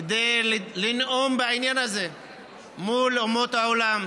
כדי לנאום בעניין הזה מול אומות העולם.